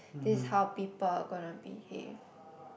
this is how people are gonna behave